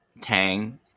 Tang